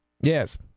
Yes